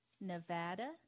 Nevada